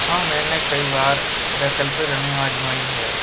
हाँ मैंने कई बार वैकल्पिक रनिंग आजमाई है